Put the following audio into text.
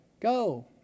Go